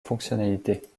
fonctionnalités